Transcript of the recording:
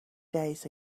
days